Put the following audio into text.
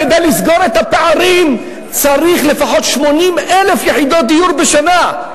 כדי לסגור את הפערים צריך לפחות 80,000 יחידות דיור בשנה.